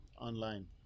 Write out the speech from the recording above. Online